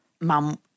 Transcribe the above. mum